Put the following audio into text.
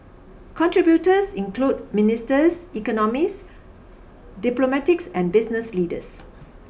contributors include ministers economists diplomatics and business leaders